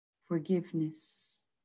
forgiveness